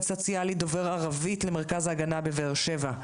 סוציאלי דובר ערבית למרכז ההגנה בבאר-שבע.